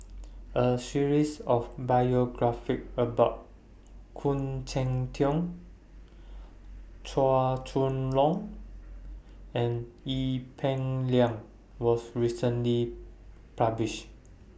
A series of biographies about Khoo Cheng Tiong Chua Chong Long and Ee Peng Liang was recently published